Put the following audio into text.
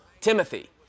Timothy